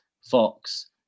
Fox